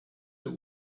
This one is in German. der